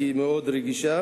כי היא מאוד רגישה.